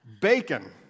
Bacon